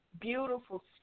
beautiful